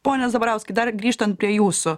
pone zabarauskai dar grįžtant prie jūsų